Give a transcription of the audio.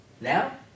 Now